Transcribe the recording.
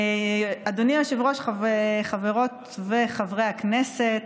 אדוני היושב-ראש, חברות וחברי הכנסת,